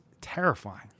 terrifying